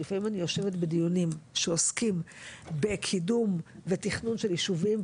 לפעמים אני יושבת בדיונים שעוסקים בקידום ותכנון של ישובים,